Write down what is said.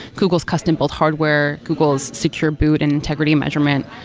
google's custom-built hardware, google's secure boot and integrity measurement,